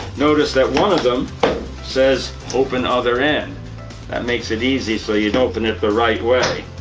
notice that one of them says, open other end. that makes it easy so you'd open it the right way.